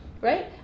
right